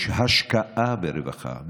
יש השקעה ברווחה.